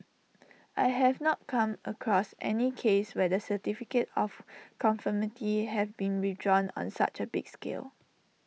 I have not come across any case where the certificate of conformity have been withdrawn on such A big scale